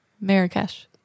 Marrakesh